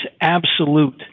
absolute